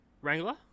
Wrangler